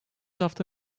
hafta